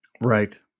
Right